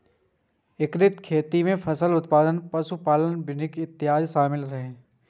एकीकृत खेती मे फसल उत्पादन, पशु पालन, वानिकी इत्यादि शामिल रहै छै